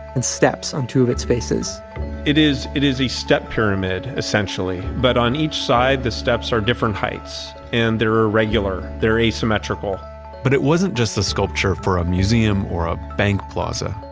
and steps on two of its spaces it is it is a step pyramid essentially, but on each side the steps are different heights and they're irregular, they're asymmetrical but it wasn't just the sculpture for a museum or a bank plaza.